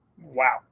Wow